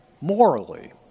morally